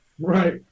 Right